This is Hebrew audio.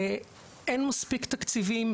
אין מספיק תקציבים,